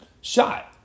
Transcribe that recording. shot